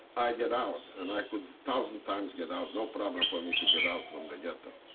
i get out. and i could thousand times get out. no problem for me to get out from the ghetto.